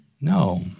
No